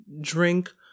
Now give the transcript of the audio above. drink